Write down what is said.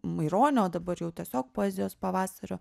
maironio dabar jau tiesiog poezijos pavasario